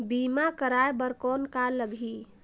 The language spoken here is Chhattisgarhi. बीमा कराय बर कौन का लगही?